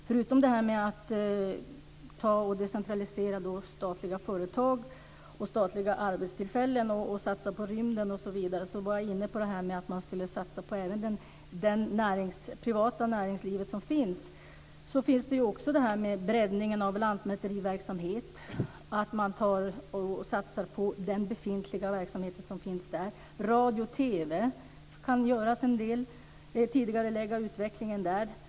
Förutom decentralisering av statliga företag och statliga arbetstillfällen samt en satsning på rymden innehåller vår lista en satsning på det privata näringsliv som redan finns. Därutöver föreslår vi en breddning av lantmäteriverksamhet och en satsning på befintlig lantmäteriverksamhet, satsning på att tidigarelägga utvecklingen av radio och TV.